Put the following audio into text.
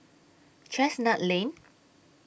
Chestnut Lane